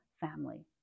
family